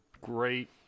great